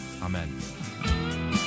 Amen